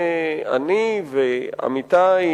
אני ועמיתי,